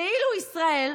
כאילו ישראל,